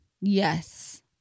Yes